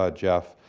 ah jeff,